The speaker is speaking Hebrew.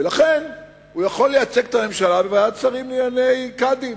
ולכן הוא יכול לייצג את הממשלה בוועדת המינויים לקאדים.